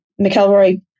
McElroy